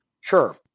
sure